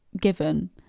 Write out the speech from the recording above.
given